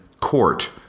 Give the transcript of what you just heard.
court